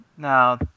Now